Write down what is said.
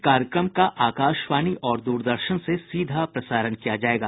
इस कार्यक्रम का आकाशवाणी और द्रदर्शन से सीधा प्रसारण किया जाएगा